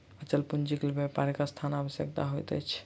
अचल पूंजीक लेल व्यापारक स्थान आवश्यक होइत अछि